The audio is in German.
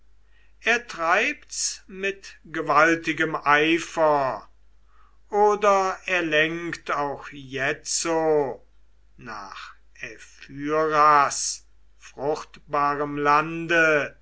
er treibt's mit gewaltigem eifer oder er lenkt auch jetzo nach ephyras fruchtbarem lande